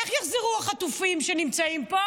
איך יחזרו החטופים שנמצאים פה?